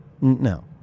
No